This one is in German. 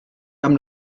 haben